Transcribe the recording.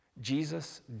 Jesus